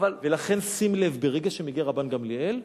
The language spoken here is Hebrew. ולכן שים לב: ברגע שמגיע רבן גמליאל,